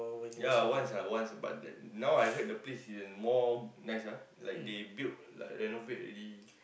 ya once ah once but now I heard the place is more nice ah like they built like renovate already